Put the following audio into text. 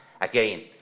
Again